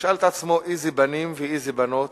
שישאל את עצמו: איזה בנים ואיזה בנות